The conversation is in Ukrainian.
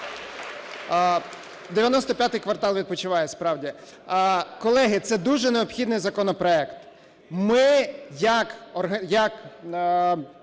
"95 квартал" відпочиває, справді. Колеги, це дуже необхідний законопроект. Ми як країна,